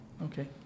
Okay